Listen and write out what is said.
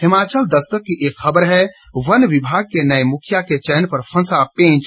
हिमाचल दस्तक की एक खबर है वन विभाग के नए मुखिया के चयन पर फंसा पेंच